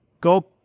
go